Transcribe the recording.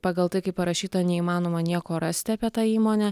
pagal tai kaip parašyta neįmanoma nieko rasti apie tą įmonę